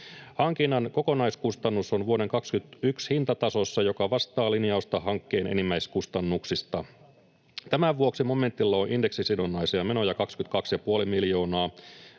Hankinnan kokonaiskustannus on vuoden 21 hintatasossa, joka vastaa linjausta hankkeen enimmäiskustannuksista. Tämän vuoksi momentilla on indeksisidonnaisia menoja 22 ja puoli miljoonaa.